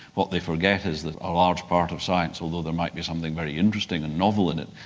what they forget is that a large part of science, although there might be something very interesting and novel in it,